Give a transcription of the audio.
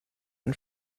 and